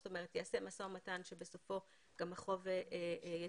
זאת אומרת יעשה משא ומתן שבסופו גם החוב יצומצם.